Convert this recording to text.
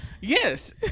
Yes